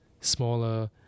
smaller